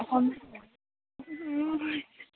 Assam